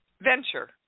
venture